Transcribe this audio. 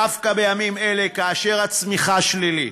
דווקא בימים אלה, כאשר הצמיחה שלילית,